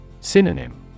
Synonym